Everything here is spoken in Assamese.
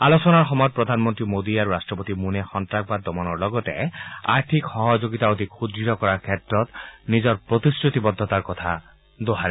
আলোচনাৰ সময়ত প্ৰধানমন্ত্ৰী মোদী আৰু ৰাট্টপতি মূনে সন্ত্ৰাসবাদ দমনৰ লগতে আৰ্থিক সহযোগিতা অধিক সুদৃঢ় কৰাৰ ক্ষেত্ৰৰ নিজৰ প্ৰতিশ্ৰতিবদ্ধতাৰ কথা দোহাৰে